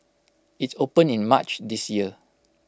IT opened in March this year